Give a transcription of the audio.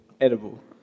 Edible